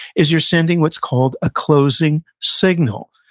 is, you're sending what's called a closing signal.